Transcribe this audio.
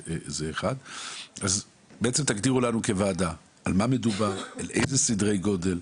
אנא הגדירו במה מדובר, מה סדר הגודל,